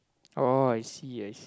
oh I see I